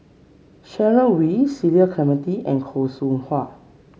Sharon Wee Cecil Clementi and Khoo Seow Hwa